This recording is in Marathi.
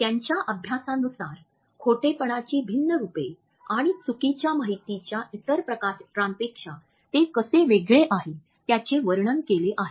त्यांच्या अभ्यासानुसार खोटेपणाची भिन्न रूपे आणि चुकीच्या माहितीच्या इतर प्रकारांपेक्षा ते कसे वेगळे आहे त्याचे वर्णन केले आहे